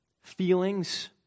feelings